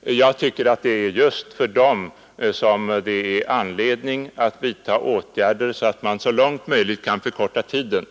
Jag tycker att det är just för dem som det är anledning att vidta åtgärder för att så långt möjligt förkorta tiden.